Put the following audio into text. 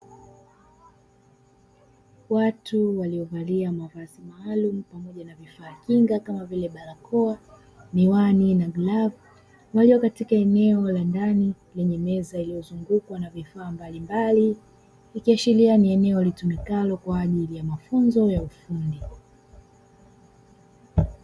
Watu waliovalia mavazi maalum pamoja na vifaa kinga kama vile barakoa, miwani pamoja na glavu, walio katika eneo la ndani lenye meza iliyozungukwa na vifaa mbalimbali. Ikiashiria kuwa ni eneo litumikalo kwa ajili ya mafunzo ya ufundi.